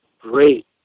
great